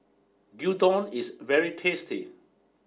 Gyudon is very tasty